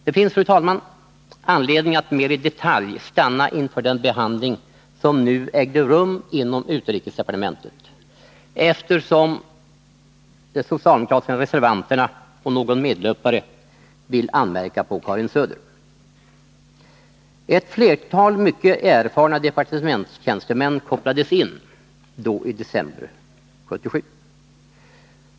Det finns, fru talman, anledning att mera i detalj stanna inför den behandling som nu ägde rum inom UD, eftersom de socialdemokratiska reservanterna och någon medlöpare vill anmärka på Karin Söder. Ett flertal mycket erfarna departementstjänstemän kopplades in i december 1977.